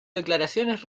declaraciones